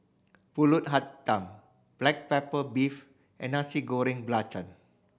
Pulut Hitam black pepper beef and Nasi Goreng Belacan